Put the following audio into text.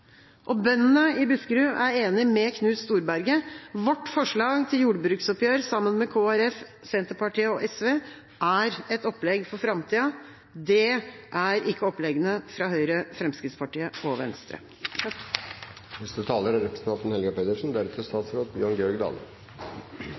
Bøndene i Buskerud er enig med Knut Storberget: Vårt forslag til jordbruksoppgjør sammen med Kristelig Folkeparti, Senterpartiet og SV er et opplegg for framtida. Det er ikke oppleggene fra Høyre, Fremskrittspartiet og Venstre.